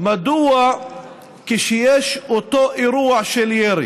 מדוע כשיש את אותו אירוע של ירי